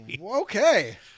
Okay